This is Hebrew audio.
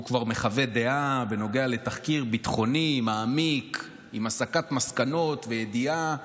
והוא כבר מחווה דעה בנוגע לתחקיר ביטחוני מעמיק עם הסקת מסקנות וידיעה